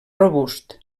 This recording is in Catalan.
robust